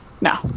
No